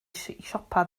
siopa